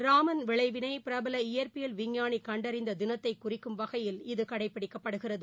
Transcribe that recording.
ராமன் விளைவினைபிரபல இயற்பியல் விஞ்ஞாளிகண்டறிந்ததினத்தைகுறிக்கும் வகையில் இல கடைப்பிடிக்கப்படுகிறது